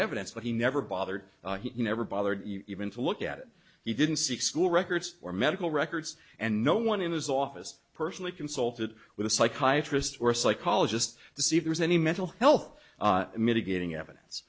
evidence but he never bothered never bothered even to look at it he didn't seek school records or medical records and no one in his office personally consulted with a psychiatrist or psychologist to see if there's any mental health mitigating evidence